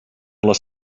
les